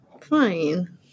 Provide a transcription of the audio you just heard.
Fine